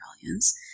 brilliance